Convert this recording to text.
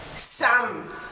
Sam